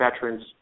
veterans